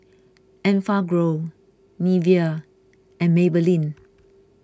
Enfagrow Nivea and Maybelline